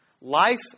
Life